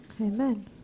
Amen